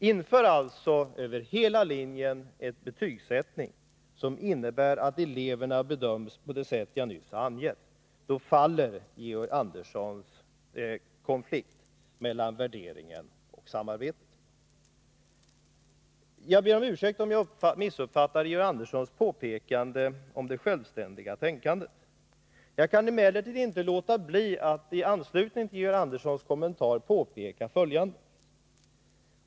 Inför alltså över hela linjen en betygsättning som innebär att eleverna bedöms på det sätt som jag har angivit. Då blir det ingen konflikt mellan värderingar och samarbete. Jag ber om ursäkt om jag missuppfattade Georg Anderssons påpekande om det självständiga tänkandet. Jag kan emellertid inte låta bli att i anslutning till Georg Anderssons kommentar påpeka följande.